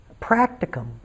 practicum